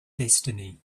destiny